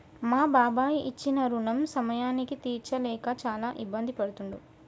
మా బాబాయి ఇచ్చిన రుణం సమయానికి తీర్చలేక చాలా ఇబ్బంది పడుతుండు